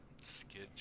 Skid